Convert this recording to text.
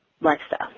lifestyle